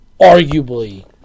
arguably